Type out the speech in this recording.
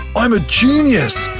i'm a genius!